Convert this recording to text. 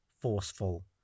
forceful